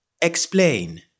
Explain